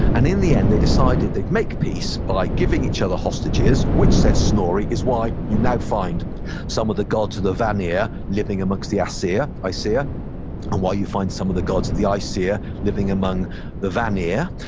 and in the end, they decided they'd make peace by giving each other hostages, which said snorri, is why you now find some of the gods of the vanir living amongst the aesir ah and um why you find some of the gods of the aesir living among the vanir.